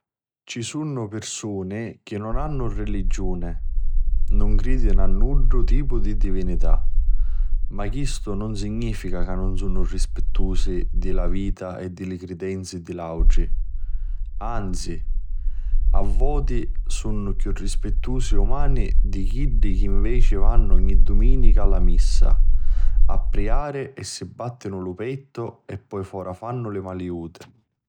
Ci sunnu pirsuni chi nun hannu religioni, nun cridinu a nuddu tipu di divinità ma chistu nun significa chi nun sunnu rispittusi di la vita e di li cridenzi di l'autri. Anzi, a li voti, sunnu chiù rispittusi e umani di chiddi chi nveci vannu ogni duminica a la missa a prijari e si battinu lu pettu e poi fora fannu li maliuti.